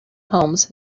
homes